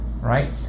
Right